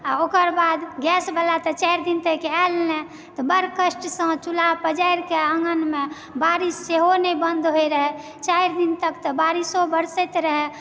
अऽ ओकर बाद गैस बला तऽ चारि दिन तक आयल नहि तऽ बड्ड कष्ट से चूल्हा पजारि के आँगन मे बारिश सेहो नहि बन्द होइत रहै चारि दिन तक तऽ बारिसो बरसैत रहै